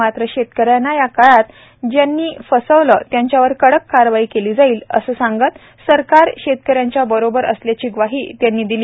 मात्र शेतकऱ्यांना या काळात ज्यांनी फसवलं त्यांच्यावर कडक कारवाई केली जाईल असं सांगत सरकार शेतकऱ्यांबरोबर असल्याची ग्वाही म्ख्यमंत्र्यांनी दिली